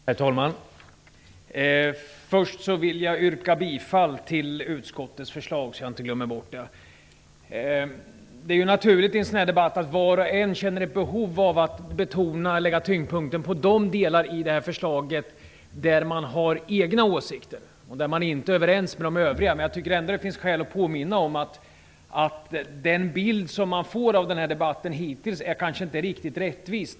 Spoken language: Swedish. Herr talman! Jag vill först yrka bifall till utskottets förslag, så att jag inte glömmer bort det. Det är i en sådan här debatt naturligt att var och en känner ett behov av att lägga tyngdpunkten vid de delar i förslaget där man har egna åsikter och alltså inte är överens med de övriga. Jag tycker ändock att det finns skäl att erinra om att den bild som hittills framkommit i den här debatten kanske inte är riktigt rättvis.